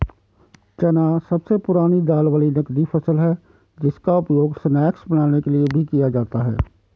चना सबसे पुरानी दाल वाली नगदी फसल है जिसका उपयोग स्नैक्स बनाने में भी किया जाता है